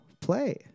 play